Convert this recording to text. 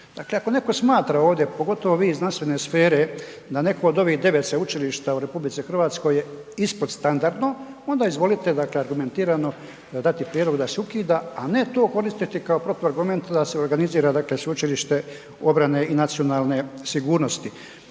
Dakle, ako neko smatra ovdje, pogotovo vi iz znanstvene sfere da neko od ovih 9 sveučilišta u RH je ispodstandardno, onda izvolite dakle argumentirano dati prijedlog da se ukida, a ne to koristiti kao protuargument da se organizira dakle, Sveučilište obrane i nacionalne sigurnosti.